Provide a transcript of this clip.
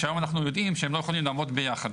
שהיום אנחנו יודעים שלא יכולים לעמוד ביחד.